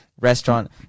restaurant